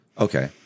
Okay